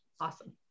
Awesome